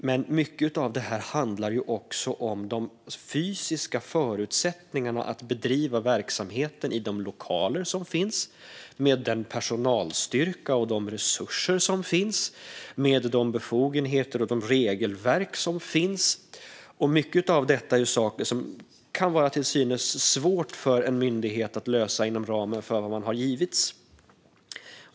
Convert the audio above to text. Men en stor del handlar också om de fysiska förutsättningar för att bedriva verksamheterna i de lokaler som finns, med den personalstyrka och de resurser som finns och med de befogenheter och regelverk som finns. Mycket av detta är saker som kan vara till synes svårt för en myndighet att lösa inom de ramar man har givits.